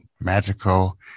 magical